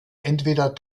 entweder